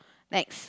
next